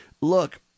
look